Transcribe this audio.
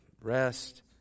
rest